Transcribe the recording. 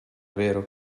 vero